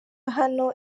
hano